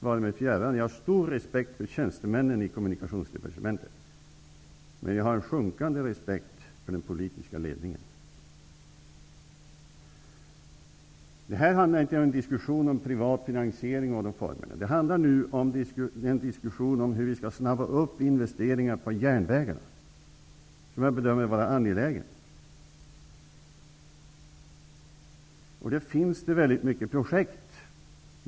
Jag har en stor respekt för tjänstemännen inom kommunikationsdepartementet, men jag har en sjunkande respekt för den politiska ledningen. Det handlar här inte om en diskussion om formerna för privat finansiering, utan det gäller en diskussion om hur vi skall snabba upp investeringar som jag bedömer vara angelägna på järnvägsområdet.